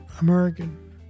American